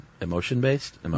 Emotion-based